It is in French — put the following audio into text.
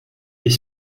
est